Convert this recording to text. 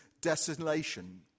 desolation